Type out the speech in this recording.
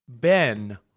Ben